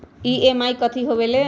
EMI कथी होवेले?